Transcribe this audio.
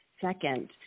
second